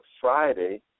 Friday